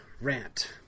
rant